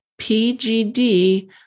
PGD